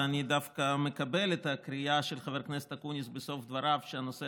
ואני דווקא מקבל את הקריאה של חבר הכנסת אקוניס בסוף דבריו שהנושא